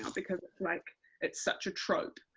because like it's such a trope,